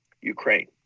Ukraine